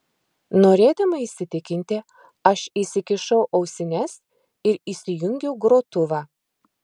norėdama įsitikinti aš įsikišau ausines ir įsijungiau grotuvą